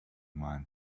man